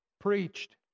preached